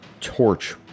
torch